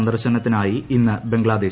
സന്ദർശനത്തിനായി ഇന്ന് ബംഗ്ലാദേശിൽ